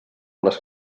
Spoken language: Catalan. les